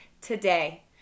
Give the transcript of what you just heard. Today